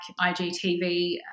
IGTV